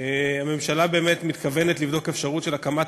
הממשלה באמת מתכוונת לבדוק אפשרות של הקמת